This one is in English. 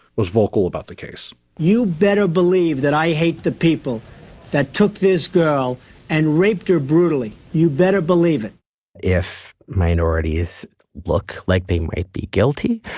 was vocal about the case you better believe that. i hate the people that took this girl and raped her brutally. you better believe it if minorities look like they may be guilty,